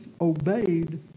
obeyed